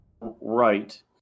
Right